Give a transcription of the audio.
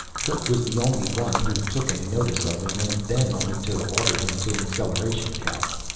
kerk was the only one who took any notice of him and then only to order him to an acceleration couch.